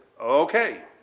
okay